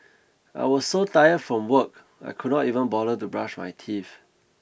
I was so tired from work I could not even bother to brush my teeth